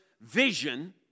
vision